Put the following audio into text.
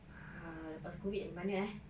ah lepas COVID pergi mana eh